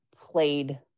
played